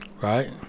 Right